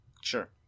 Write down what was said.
Sure